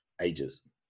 ages